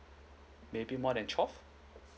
maybe more than twelve